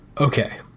Okay